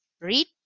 read